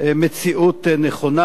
מציאות נכונה.